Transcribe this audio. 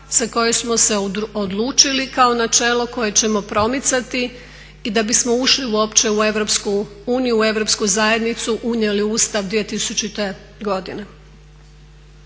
za koju smo se odlučili kao načelo koje ćemo promicati i da bismo ušli uopće u EU, u Europsku zajednicu unijeli u Ustav 2000. godine.